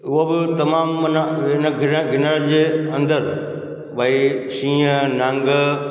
उहो बि तमामु माना हिन गिर गिरनार जे अंदरि भई शींहं नांग